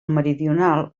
meridional